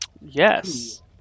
Yes